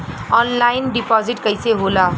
Online deposit कैसे होला?